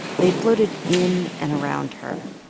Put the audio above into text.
they floated in and around her,